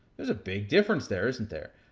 there's a big difference there, isn't there?